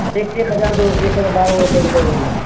एक एक हज़ार दो एक हज़ार बारह उरह सौ रूपये हो जाएगा